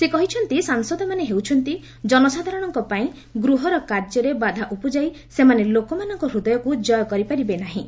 ସେ କହିଛନ୍ତି ସାଂସଦମାନେ ହେଉଛନ୍ତି ଜନସାଧାରଣଙ୍କ ପାଇଁ ଗୃହର କାର୍ଯ୍ୟରେ ବାଧା ଉପୁଜାଇ ସେମାନେ ଲୋକମାନଙ୍କ ହୃଦୟକୁ କୟ କରିପାରିବେ ନାହିଁ